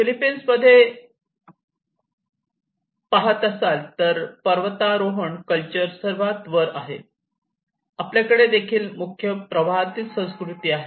Philippines मध्ये पाहत असाल तर पर्वतारोहण कल्चर सर्वात वर आहे आणि आपल्याकडे देखील मुख्य प्रवाहातील संस्कृती आहे